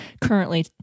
currently